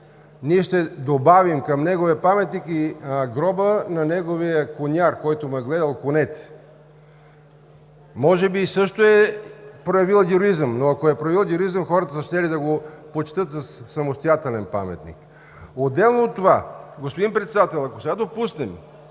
ние ще добавим към неговия паметник и гроба на неговия коняр, който му е гледал конете. Може би също е проявил героизъм, но ако е проявил героизъм, хората са щели да го почетат със самостоятелен паметник. Отделно от това, господин Председател, ако сега допуснем